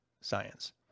science